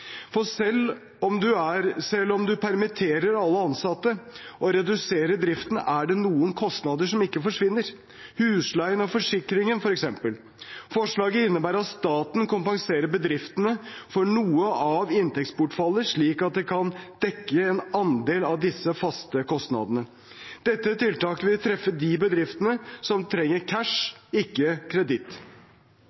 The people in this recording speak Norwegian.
For selv om man permitterer alle ansatte og reduserer driften, er det noen kostnader som ikke forsvinner, f.eks. husleie og forsikring. Forslaget innebærer at staten kompenserer bedriftene for noe av inntektsbortfallet, slik at de kan dekke en andel av disse faste kostnadene. Dette tiltaket vil treffe de bedriftene som trenger cash,